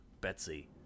Betsy